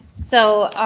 so